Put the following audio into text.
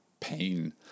pain